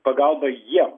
pagalba jiem